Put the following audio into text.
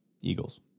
Eagles